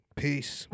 peace